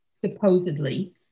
supposedly